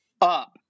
up